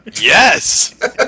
Yes